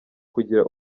kugira